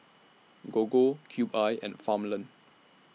Gogo Cube I and Farmland